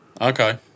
okay